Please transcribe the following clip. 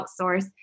outsource